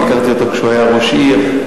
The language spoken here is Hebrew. אני הכרתי אותו כשהוא היה ראש עיר,